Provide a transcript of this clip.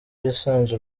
yasanze